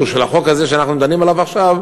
של החוק הזה שאנחנו דנים עליו עכשיו,